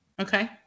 Okay